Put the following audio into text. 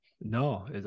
no